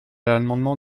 l’amendement